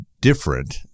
different